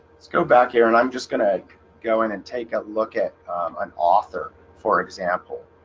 let's go back here and i'm just gonna go in and take a look at an author for example